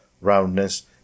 roundness